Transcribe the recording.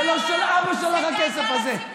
זה לא של אבא שלך, הכסף הזה.